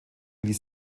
ließ